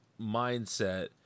mindset